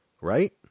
Right